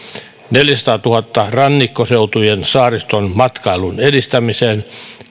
neljänsadantuhannen rannikkoseutujen saariston matkailun edistämiseen